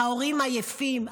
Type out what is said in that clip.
ההורים עייפים,